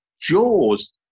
jaws